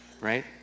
right